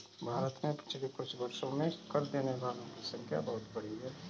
भारत में पिछले कुछ वर्षों में कर देने वालों की संख्या बहुत बढ़ी है